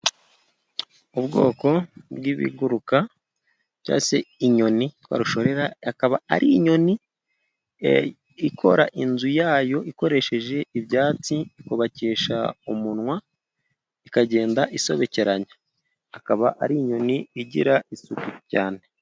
Ubwoko bw'ibiguruka cyangwa se inyoni karushorera, ikaba ari inyoni ikora inzu yayo ikoresheje ibyatsi, ikubakisha umunwa ikagenda isobekeranya. Ikaba ari inyoni igira isuku cyane.